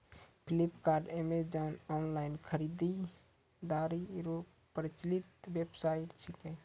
Flipkart Amazon online खरीदारी रो प्रचलित वेबसाइट छिकै